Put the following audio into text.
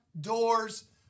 doors